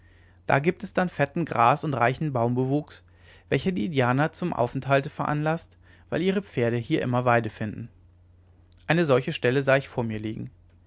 da gibt es dann fetten gras und reichen baumwuchs welcher die indianer zum aufenthalte veranlaßt weil ihre pferde hier immer weide finden eine solche stelle sah ich vor mir liegen